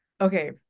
okay